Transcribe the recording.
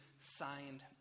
signed